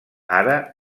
ara